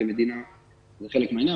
במדינה זה חלק מהעניין.